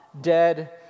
dead